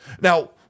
Now